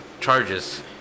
charges